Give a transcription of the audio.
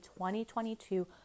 2022